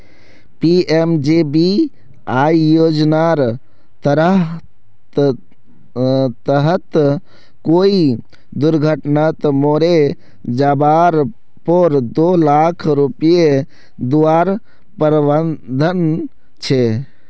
PMJBY योज्नार तहत कोए दुर्घत्नात मोरे जवार पोर दो लाख रुपये दुआर प्रावधान छे